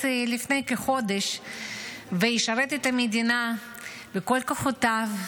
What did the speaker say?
לפני כחודש וישרת את המדינה בכל כוחותיו,